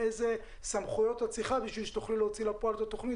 איזה סמכויות את צריכה בשביל שתוכלי להוציא לפועל את התוכנית